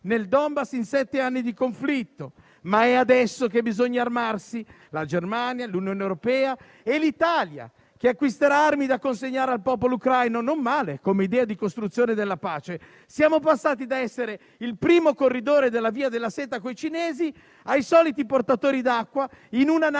nel Donbass in sette anni di conflitto, ma è adesso che bisogna armarsi. La Germania, l'Unione europea e l'Italia, che acquisterà armi da consegnare al popolo ucraino: non male come idea di costruzione della pace. Siamo passati da essere il primo corridore della via della Seta con i cinesi ai soliti portatori d'acqua in una NATO